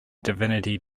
divinity